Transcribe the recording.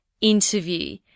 interview